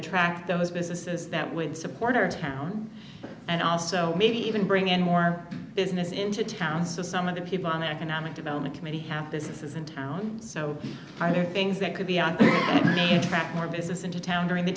attract those businesses that would support our town and also maybe even bring in more business into town so some of the people on the economic development committee have this is in town so i think things that could be on track more business into town during the